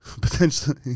Potentially